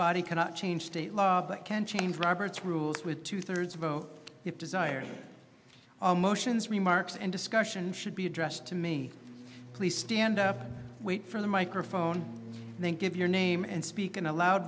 body cannot change state law that can change robert's rules with two thirds vote if desired motions remarks and discussion should be addressed to me please stand up wait for the microphone then give your name and speak in a loud